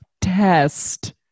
test